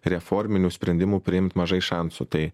reforminių sprendimų priimt mažai šansų tai